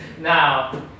now